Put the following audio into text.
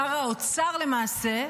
שר האוצר, למעשה,